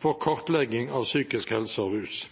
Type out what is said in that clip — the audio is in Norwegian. for kartlegging av psykisk helse og rus.